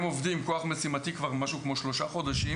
הם עובדים עם כוח משימתי משהו כמו שלושה חודשים,